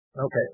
Okay